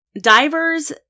Divers